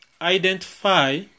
identify